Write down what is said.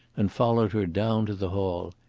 and followed her down to the hall.